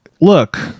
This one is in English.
look